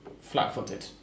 flat-footed